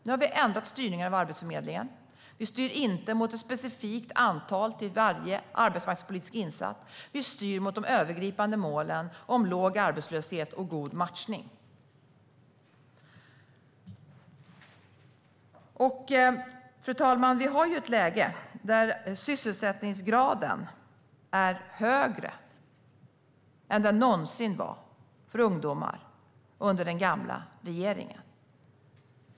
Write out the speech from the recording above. Nu har vi ändrat styrningen av Arbetsförmedlingen. Vi styr inte mot ett specifikt antal i fråga om varje arbetsmarknadspolitisk insats, utan vi styr mot de övergripande målen om låg arbetslöshet och god matchning. Fru talman! Vi har ett läge där sysselsättningsgraden är högre än den någonsin var för ungdomar under den gamla regeringen.